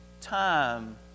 time